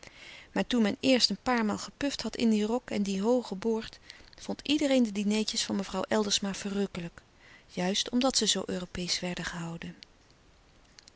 maar toen men eerst een paar maal gepufd louis couperus de stille kracht had in dien rok en dien hoogen boord vond iedereen de dinertjes van mevrouw eldersma verrukkelijk juist omdat ze zoo europeesch werden gehouden